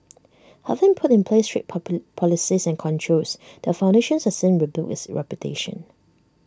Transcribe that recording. having put in place strict policies and controls the foundation has since rebuilt its reputation